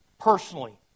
personally